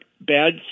bad